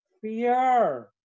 fear